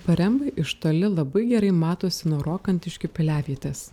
parembai iš toli labai gerai matosi nuo rokantiškių piliavietės